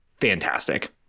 fantastic